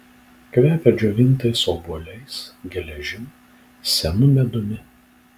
kvepia džiovintais obuoliais geležim senu medumi